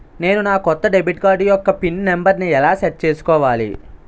నేను నా కొత్త డెబిట్ కార్డ్ యెక్క పిన్ నెంబర్ని ఎలా సెట్ చేసుకోవాలి?